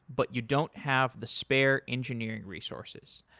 but you don't have the spare engineering resources.